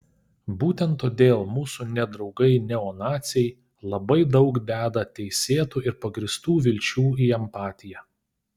būtent todėl mūsų nedraugai neonaciai labai daug deda teisėtų ir pagrįstų vilčių į empatiją